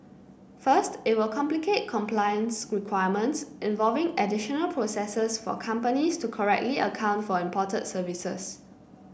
first it will complicate compliance requirements involving additional processes for companies to correctly account for imported services